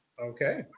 Okay